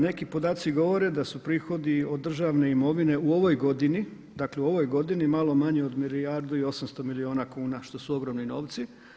Neki podaci govore da su prihodi od državne imovine u ovoj godini, dakle u ovoj godini malo manji od milijardu i 800 milijuna kuna što su ogromni novci.